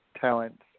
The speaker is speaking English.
talents